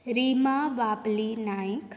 Rima Babli Naik